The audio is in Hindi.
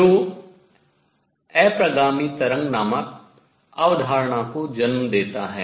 जो अप्रगामी तरंग नामक concept अवधारणा को जन्म देता है